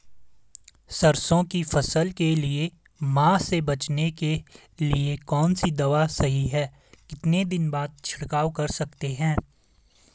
सरसों की फसल के लिए माह से बचने के लिए कौन सी दवा सही है कितने दिन बाद छिड़काव कर सकते हैं?